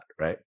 right